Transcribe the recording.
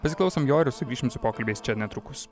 pasiklausom jo ir sugrįšim su pokalbiais čia netrukus